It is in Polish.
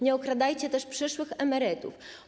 Nie okradajcie też przyszłych emerytów.